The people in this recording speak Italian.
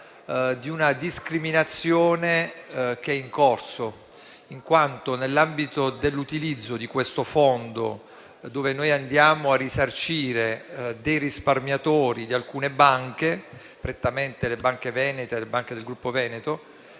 una discriminazione che è in corso, in quanto nell'ambito dell'utilizzo di questo Fondo, con cui andiamo a risarcire i risparmiatori di alcune banche, prettamente le banche venete e del gruppo veneto,